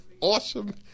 awesome